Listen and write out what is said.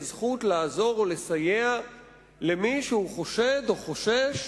זכות לעזור או לסייע למי שהוא חושד או חושש